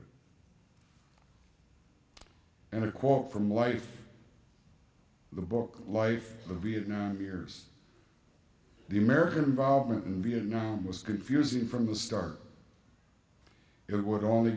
it and a quote from life the book life the vietnam years the american involvement in vietnam was confusing from the start it would only